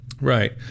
Right